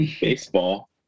baseball